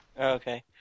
Okay